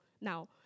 now